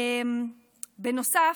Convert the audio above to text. בנוסף,